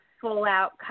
full-out